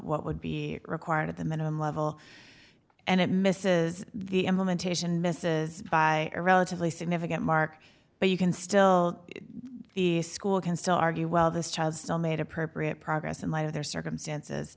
what would be required at the minimum level and it misses the implementation misses by a relatively significant mark but you can still the school can still argue well this child still made appropriate progress in light of their circumstances